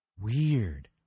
Weird